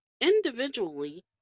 Individually